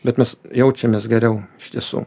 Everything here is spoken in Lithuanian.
bet mes jaučiamės geriau iš tiesų